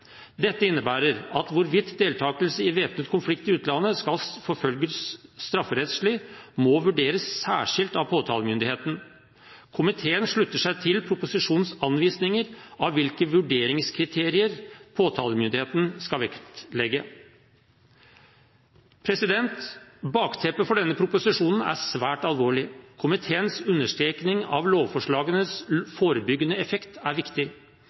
Dette innebærer at hvorvidt deltakelse i væpnet konflikt i utlandet skal forfølges strafferettslig, må vurderes særskilt av påtalemyndigheten. Komiteen slutter seg til proposisjonens anvisninger av hvilke vurderingskriterier påtalemyndigheten skal vektlegge. Bakteppet for denne proposisjonen er svært alvorlig. Komiteens understrekning av lovforslagenes forebyggende effekt er viktig.